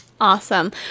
awesome